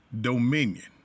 dominion